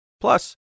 Plus